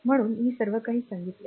म्हणून मी सर्व काही सांगितले आहे